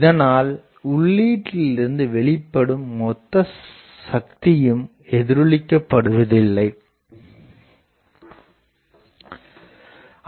இதனால் உள்ளீட்டிலிருந்து வெளிப்படும் மொத்த சக்தியும் எதிரொளிக்க வைக்கப்படுவதில்லை